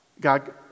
God